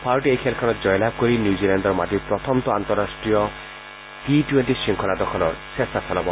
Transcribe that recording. ভাৰতে এই খেলখনত জয়লাভ কৰি নিউজিলেণ্ডৰ মাটিত প্ৰথমটো আন্তঃৰাষ্ট্ৰীয় টি টূৱেণ্টি শৃংখলা দখলৰ চেষ্টা চলাব